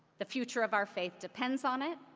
the future of our faith depends on it,